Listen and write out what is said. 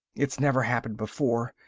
it's never happened before.